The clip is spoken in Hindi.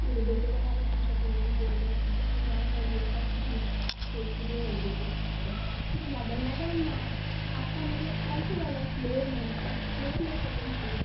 मेरे बेटे को मैंने पूछा तो वो भी बोल रहा है ठीक है मैं जाऊंगा योगा सीखने तो इसीलिए मैंने पूछा मैडम ठीक है मैडम मैडम आपका मतलब कौन से वाला फ्लोर में है फर्स्ट फ्लोर या सेकेंड फ्लोर